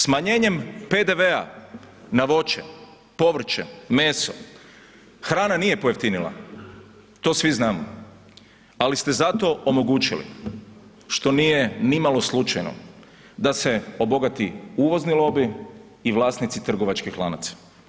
Smanjenjem PDV-a na voće, povrće, meso, hrana nije pojeftinila, to svi znamo ali ste zato omogućili što nije nimalo slučajno da se obogati uvozni lobij i vlasnici trgovačkih lanaca.